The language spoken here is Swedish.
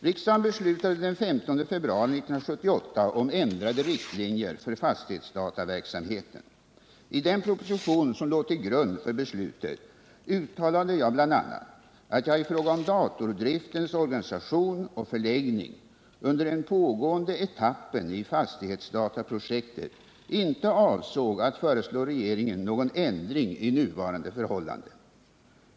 Riksdagen beslutade den 15 februari 1978 om ändrade riktlinjer för fastighetsdataverksamheten . I den proposition som låg till grund för beslutet uttalade jag bl.a. att jag i fråga om datordriftens organisation och förläggning under den pågående etappen i fastighetsdataprojektet inte avsåg att föreslå regeringen någon ändring i nuvarande förhållanden.